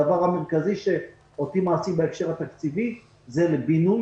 הדבר המרכזי שאותי מעציב בהקשר התקציבי זה לבינוי